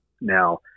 Now